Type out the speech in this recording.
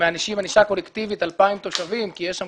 שמענישים ענישה קולקטיבית 2,000 תושבים כי יש שם